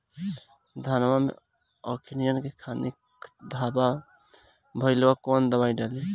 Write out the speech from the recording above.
धनवा मै अखियन के खानि धबा भयीलबा कौन दवाई डाले?